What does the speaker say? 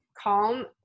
calm